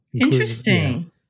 Interesting